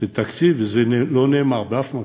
שתקציב, זה לא נאמר באף מקום,